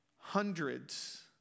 hundreds